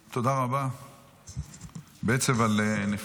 היו"ר ניסים